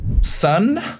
sun